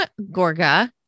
Gorga